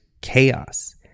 chaos